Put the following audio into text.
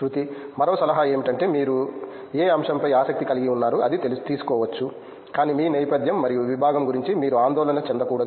శ్రుతి మరొక సలహా ఏమిటంటే మీరు ఏ అంశంపై ఆసక్తి కలిగి ఉన్నారో అది తీసుకోవచ్చు కానీ మీ నేపథ్యం మరియు విభాగం గురించి మీరు ఆందోళన చెందకూడదు